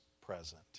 present